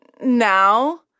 now